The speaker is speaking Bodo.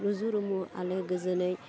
रुजु रुमु आलो गोजोनै